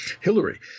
Hillary